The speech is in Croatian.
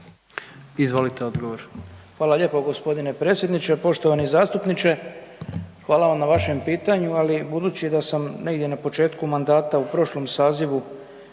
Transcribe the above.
Oleg (HDZ)** Hvala lijepo g. predsjedniče. Poštovani zastupniče. Hvala vam na vašem pitanju, ali budući da sam negdje na početku mandata u prošlom sazivu,